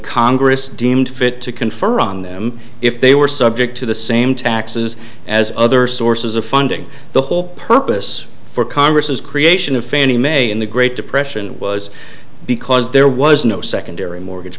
congress deemed fit to confer on them if they were subject to the same taxes as other sources of funding the whole purpose for congress's creation of fannie mae in the great depression was because there was no secondary mortgage